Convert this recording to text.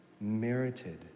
merited